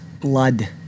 blood